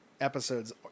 episodes